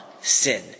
sin